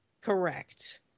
Correct